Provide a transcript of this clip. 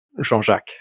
Jean-Jacques